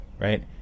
right